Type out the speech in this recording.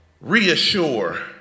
Reassure